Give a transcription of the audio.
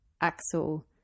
Axel